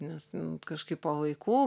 nes ten kažkaip po vaikų